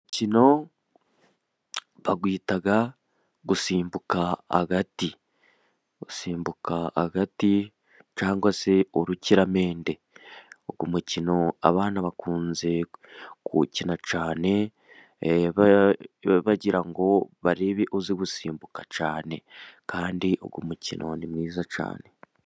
Uyu umukino bawita gusimbuka agati. Gusimbuka hagati cyangwa se urukiramende. Uyu mukino abana bakunda kuwukina cyane bagira ngo barebe uzi gusimbuka cyane. Kandi uyu mukino ni mwiza cyane.